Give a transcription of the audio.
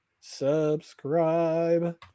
Subscribe